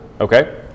okay